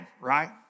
right